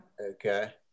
Okay